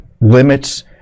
limits